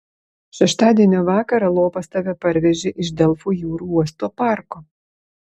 šeštadienio vakarą lopas tave parvežė iš delfų jūrų uosto parko